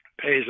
pays